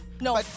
No